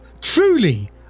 truly